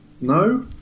no